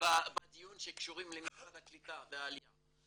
בדיון שקשורות למשרד העלייה והקליטה.